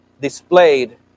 displayed